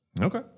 Okay